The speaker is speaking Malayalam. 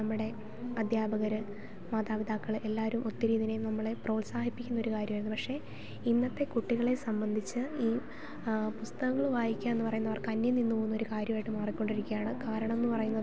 നമ്മുടെ അധ്യാപകർ മാതാപിതാക്കൾ എല്ലാവരും ഒത്തിരി ഇതിനേം നമ്മളേം പ്രോത്സാഹിപ്പിക്കുന്ന ഒരു കാര്യമായിരുന്നു പക്ഷേ ഇന്നത്തെ കുട്ടികളെ സംബന്ധിച്ച് ഈ പുസ്തകങ്ങൾ വായിക്കാന്ന് പറയുന്നത് അവർക്ക് അന്യം നിന്ന് പോന്നൊരു കാര്യമായിട്ട് മാറിക്കൊണ്ടിരിക്കയാണ് കാരണം എന്ന് പറയുന്നത്